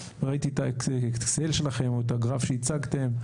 ראיתי את האקסל שלכם או את הגרף שהצגתם.